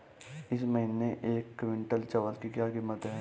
इस महीने एक क्विंटल चावल की क्या कीमत है?